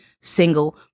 single